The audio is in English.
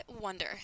wonder